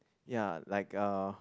ya like a